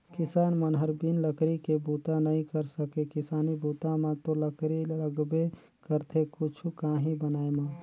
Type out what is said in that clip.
किसान मन हर बिन लकरी के बूता नइ कर सके किसानी बूता म तो लकरी लगबे करथे कुछु काही बनाय म